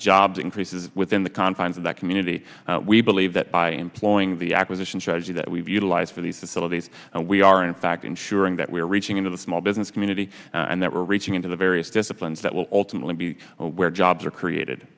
jobs increases within the confines of that community we believe that by employing the acquisition strategy that we've utilise for these facilities and we are in fact ensuring that we are reaching into the small business community and that we're reaching into the various disciplines that will ultimately be where jobs are created